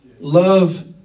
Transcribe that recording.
love